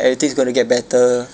everything's going to get better